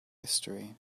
history